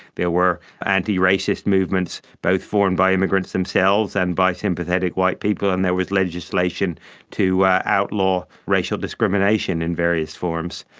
there were antiracist movements, both formed by immigrants themselves and by sympathetic white people, and there was legislation to outlaw racial discrimination in various forms.